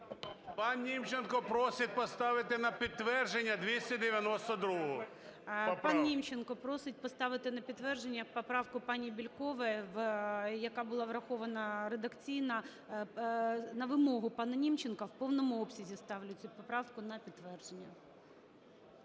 Пан Німченко просить поставити на підтвердження 292 поправку. ГОЛОВУЮЧИЙ. Пан Німченко просить поставити на підтвердження поправку пані Бєлькової, яка була врахована редакційно. На вимогу пана Німченка в повному обсязі ставлю цю поправку на підтвердження.